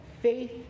faith